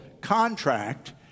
contract